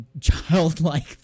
childlike